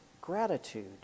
gratitude